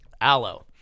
aloe